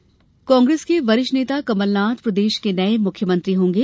कमलनाथ शपथ कांग्रेस के वरिष्ठ नेता कमलनाथ प्रदेश के नये मुख्यमंत्री होंगे